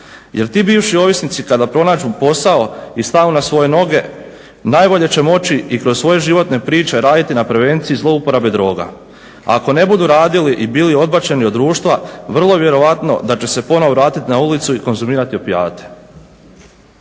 Jer ti bivši ovisnici kada pronađu posao i stanu na svoje noge najbolje će moći i kroz svoje životne priče raditi na prevenciji zlouporabe droga. A ako ne budu radili i bili odbačeni od društva vrlo je vjerojatno da će se ponovno vratiti na ulicu i konzumirati opijate.